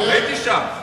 אני הייתי שם.